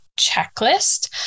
checklist